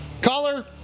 Caller